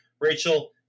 Rachel